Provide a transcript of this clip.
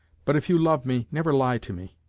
but if you love me, never lie to me,